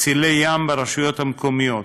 מצילי ים ברשויות מקומיות),